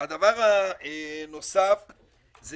הדבר הנוסף זה